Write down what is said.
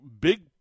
big